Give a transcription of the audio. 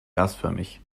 gasförmig